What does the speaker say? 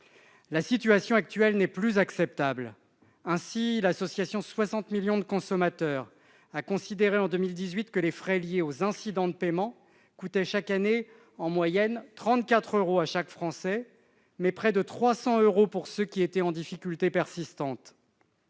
La situation actuelle n'est plus acceptable. Ainsi, l'association 60 millions de consommateurs considérait en 2018 que les frais liés aux incidents de paiement coûtaient chaque année 34 euros en moyenne à chaque Français, mais près de 300 euros à ceux qui étaient en difficulté persistante.